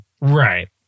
right